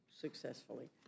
successfully